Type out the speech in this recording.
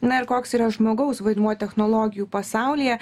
na ir koks yra žmogaus vaidmuo technologijų pasaulyje